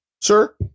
sir